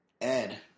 Ed